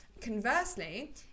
Conversely